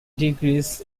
degrees